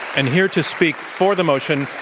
and here to speak for the motion,